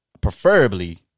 Preferably